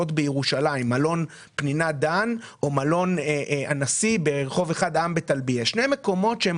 מלון פנינת דן או מלון הנשיא ברח' אחד העם בטלביה הם שני מקומות שנמצאים